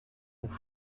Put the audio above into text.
pour